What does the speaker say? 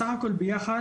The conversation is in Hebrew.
בסך הכל ביחד,